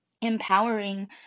empowering